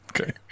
Okay